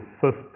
first